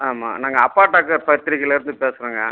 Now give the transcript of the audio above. ஆமாம் நாங்கள் அப்பாட்டக்கர் பத்திரிகைலேருந்து பேசுகிறோங்க